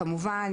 כמובן,